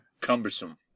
cumbersome